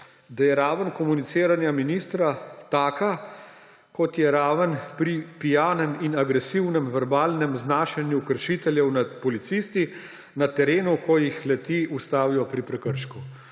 da je raven komuniciranja ministra taka, kot je raven pri pijanem in agresivnem verbalnem znašanju kršiteljev nad policisti na terenu, ko jih le-ti ustavijo pri prekršku.